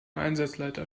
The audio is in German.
einsatzleiter